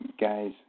guys